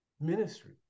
ministry